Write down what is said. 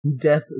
Death